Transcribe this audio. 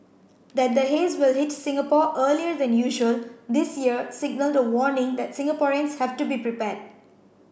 that the haze will hit Singapore earlier than usual this year signalled a warning that Singaporeans have to be prepared